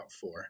four